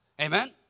Amen